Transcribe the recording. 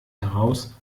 heraus